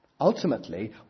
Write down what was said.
Ultimately